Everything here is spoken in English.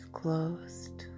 closed